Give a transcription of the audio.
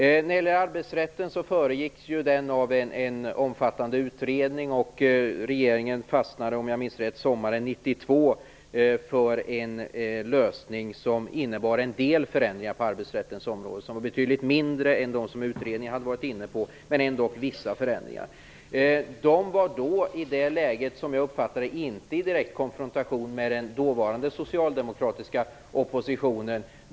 Ändringarna i arbetsrätten föregicks av en omfattande utredning. Regeringen fastnade, om jag minns rätt, sommaren 1992 för en lösning som innebar en del förändringar på arbetsrättens område, dock betydligt mindre än vad utredningen hade varit inne på. Som jag uppfattade det, var regeringen i det läget inte i direkt konfrontation med den dåvarande socialdemokratiska oppositionen.